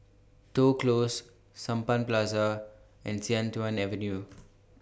Toh Close Sampan and Sian Tuan Avenue